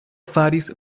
faris